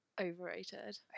overrated